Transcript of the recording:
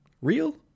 Real